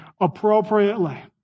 appropriately